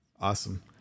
Awesome